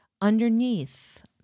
underneath